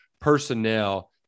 PERSONNEL